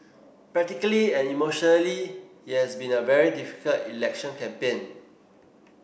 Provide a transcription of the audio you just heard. practically and emotionally it has been a very difficult election campaign